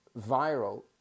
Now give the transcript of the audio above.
viral